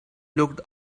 looked